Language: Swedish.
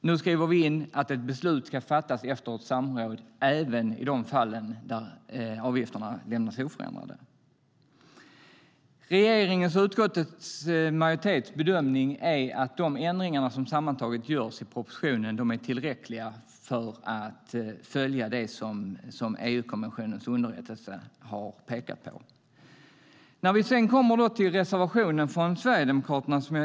Nu skriver vi in att ett beslut ska fattas efter ett samråd även i de fall när avgifterna lämnas oförändrade. Regeringens och utskottsmajoritetens bedömning är att de ändringar som sammantaget görs i propositionen är tillräckliga för att följa det som EU-kommissionens underrättelse har pekat på. Jag vill gärna bemöta reservationen från Sverigedemokraterna.